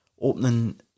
opening